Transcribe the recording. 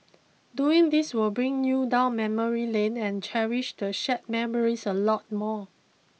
doing this will bring you down memory lane and cherish the shared memories a lot more